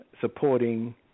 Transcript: supporting